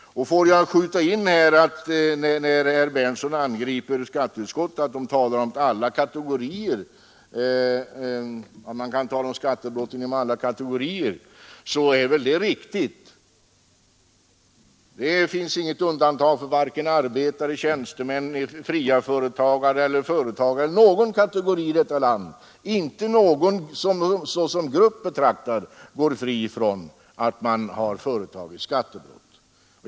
Låt mig skjuta in ett bemötande av herr Berndtsons angrepp på utskottet för att utskottet anför att man kan tala om skattebrott bland alla kategorier skattskyldiga. Vårt påstående är riktigt. Det finns inget undantag för arbetare, tjänstemän eller företagare i vårt land. Ingen grupp går fri från skattebrott.